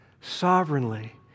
sovereignly